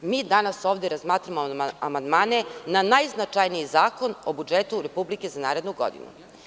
Mi danas ovde razmatramo amandmane na najznačajniji Zakon o budžetu Republike za narednu godinu.